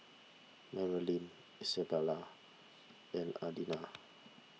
Marolyn Izabella and Adina